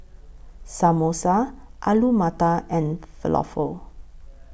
Samosa Alu Matar and Falafel